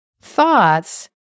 thoughts